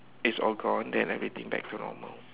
it's all gone then everything back to normal